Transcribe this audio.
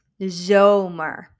zomer